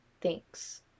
thanks